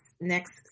next